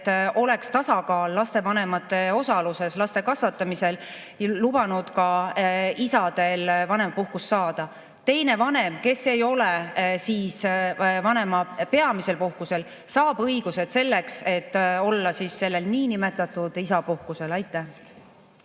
et oleks tasakaal lastevanemate osaluses laste kasvatamisel ja lubanud ka isadel vanemapuhkust saada. Teine vanem, kes ei ole vanema peamisel puhkusel, saab õigused selleks, et olla sellel niinimetatud isapuhkusel. Andre